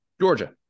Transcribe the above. Georgia